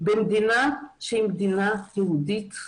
במדינה שהיא מדינה יהודית.